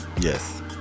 Yes